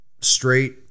straight